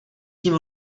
tím